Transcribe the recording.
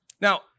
Now